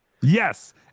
Yes